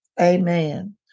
Amen